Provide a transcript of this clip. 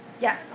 Yes